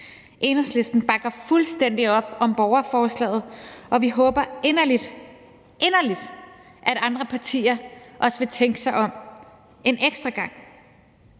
Enhedslisten bakker fuldstændig op om borgerforslaget, og vi håber inderligt, inderligt, at andre partier også vil tænke sig om en ekstra gang.